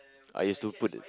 I used to put